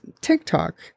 TikTok